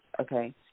Okay